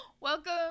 welcome